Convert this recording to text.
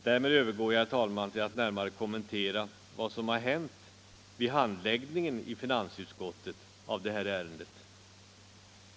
Därmed övergår jag, herr talman, till att närmare kommentera vad som har hänt vid handläggningen av detta ärende i finansutskottet.